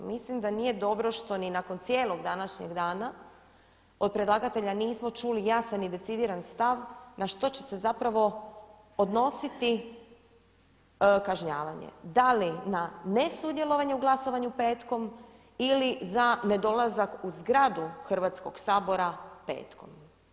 Mislim da nije dobro što ni nakon cijelog današnjeg dana od predlagatelja nismo čuli jasan i decidiran stav na što će se zapravo odnositi kažnjavanje, da li na nesudjelovanje u glasovanju petkom ili za nedolazak u zgradu Hrvatskoga sabora petkom.